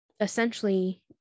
essentially